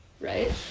right